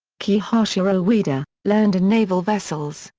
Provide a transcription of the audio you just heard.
kihachiro ueda, learned in naval vessels,